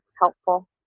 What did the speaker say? helpful